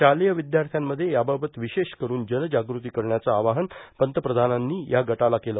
शालेय विद्यार्थ्यांमध्ये याबाबत विशेष करुन जनजागृती करण्याचं आवाहन पंतप्रधानांनी या गटाला केलं